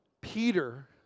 Peter